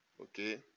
Okay